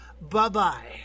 Bye-bye